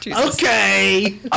Okay